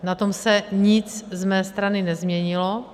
Na tom se nic z mé strany nezměnilo.